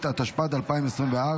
התשפ"ד 2024,